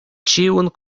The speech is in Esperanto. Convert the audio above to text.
ĉiun